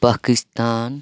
Pakistan